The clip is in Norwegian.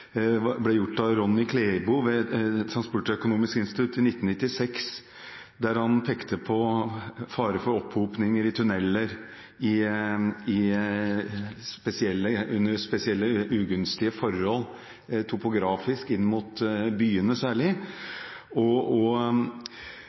1996, der han pekte på fare for opphopninger i tuneller under spesielt ugunstige topografiske forhold, særlig inn mot byene.